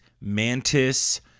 Mantis